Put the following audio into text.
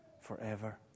forever